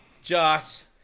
Joss